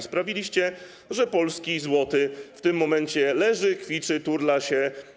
Sprawiliście, że polski złoty w tym momencie leży, kwiczy, turla się.